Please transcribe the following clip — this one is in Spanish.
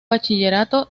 bachillerato